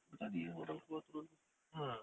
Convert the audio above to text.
dari tadi ah orang keluar turun